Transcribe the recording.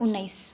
उन्नाइस